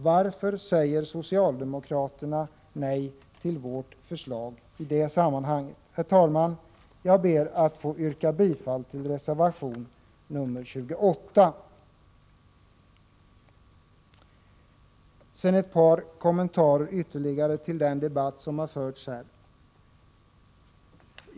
Varför säger socialdemokraterna nej till vårt förslag i det sammanhanget? Herr talman! Jag ber att få yrka bifall till reservation 28. Sedan vill jag göra några kommentarer ytterligare till den debatt som har förts här.